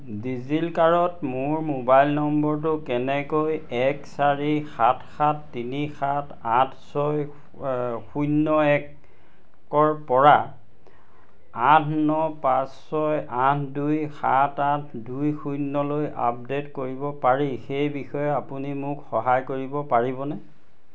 ডিজিলকাৰত মোৰ মোবাইল নম্বৰটো কেনেকৈ এক চাৰি সাত সাত তিনি সাত আঠ ছয় শূন্য একৰপৰা আঠ ন পাঁচ ছয় আঠ দুই সাত আঠ দুই শূন্যলৈ আপডেট কৰিব পাৰি সেই বিষয়ে আপুনি মোক সহায় কৰিব পাৰিবনে